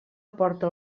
aporta